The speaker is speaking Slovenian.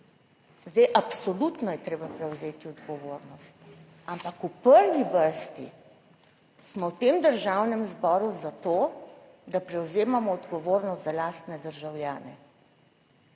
Zdaj absolutno je treba prevzeti odgovornost, ampak v prvi vrsti smo v tem Državnem zboru zato, da prevzemamo odgovornost za lastne državljane,